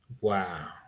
Wow